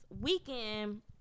weekend